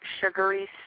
sugary